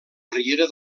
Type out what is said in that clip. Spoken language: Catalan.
riera